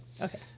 Okay